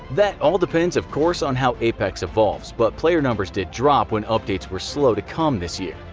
that all depends of course on how apex evolves, but player numbers did drop when updates were slow to come this year.